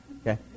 Okay